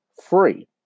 free